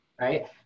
right